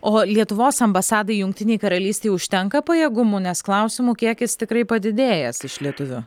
o lietuvos ambasadai jungtinėj karalystėj užtenka pajėgumų nes klausimų kiekis tikrai padidėjęs iš lietuvių